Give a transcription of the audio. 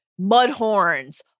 mudhorns